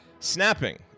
snapping